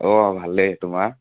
অঁ ভালেই তোমাৰ